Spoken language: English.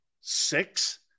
Six